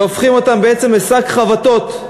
והופכים אותם בעצם לשק חבטות,